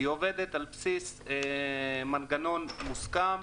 היא עובדת על בסיס מנגנון מוסכם,